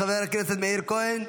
חבר הכנסת מאיר כהן,